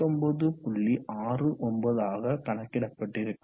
69 ஆக கணக்கிடப்பட்டிருக்கும்